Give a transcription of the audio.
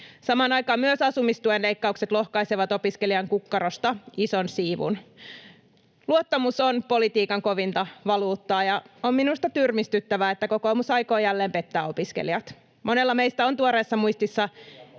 Samaan aikaan myös asumistuen leikkaukset lohkaisevat opiskelijan kukkarosta ison siivun. Luottamus on politiikan kovinta valuuttaa, ja on minusta tyrmistyttävää, että kokoomus aikoo jälleen pettää opiskelijat. Monella meistä on tuoreessa muistissa